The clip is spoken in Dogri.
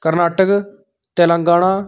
कर्नाटक तेलंगाना